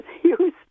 Houston